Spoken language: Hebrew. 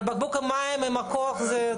אבל בקבוק מים יכול לפצוע.